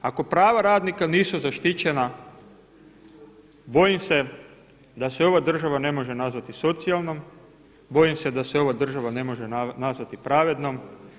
Ako prava radnika nisu zaštićena bojim se da se ova država ne može nazvati socijalnom, bojim se da se ova država ne može nazvati pravednom.